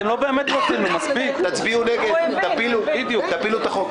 הבנתי, תצביעו נגד, תפילו את החוק.